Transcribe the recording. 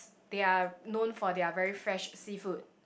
they're known for their very fresh seafood